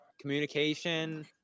communication